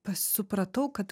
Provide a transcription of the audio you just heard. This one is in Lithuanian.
supratau kad